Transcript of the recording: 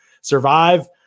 survive